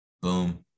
Boom